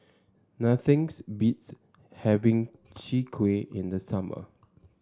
nothings beats having Chwee Kueh in the summer